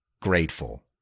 grateful